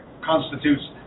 constitutes